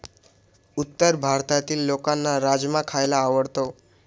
उत्तर भारतातील लोकांना राजमा खायला आवडतो